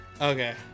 okay